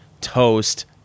toast